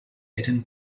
eren